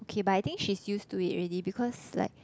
okay but I think she's used to it already because like